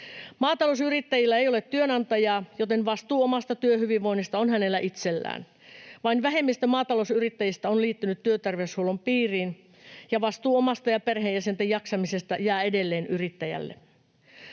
Maatalousyrittäjillä ei ole työnantajaa, joten vastuu omasta työhyvinvoinnista on heillä itsellään. Vain vähemmistö maatalousyrittäjistä on liittynyt työterveyshuollon piiriin, ja vastuu omasta ja perheenjäsenten jaksamisesta jää edelleen yrittäjälle.